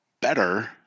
better